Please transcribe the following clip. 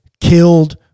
killed